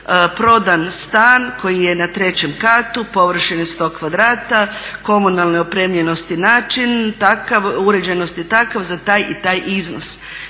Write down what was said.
prodan stan koji je na trećem katu površine 100 kvadrata, komunalne opremljenosti način takav, uređenost je takva za taj i taj iznos.